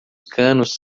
canos